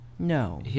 No